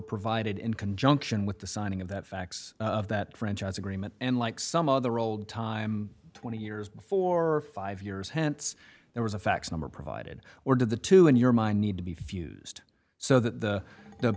provided in conjunction with the signing of that fax of that franchise agreement and like some other old time twenty years before or five years hence there was a fax number provided or did the two in your mind need to be fused so that the